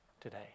today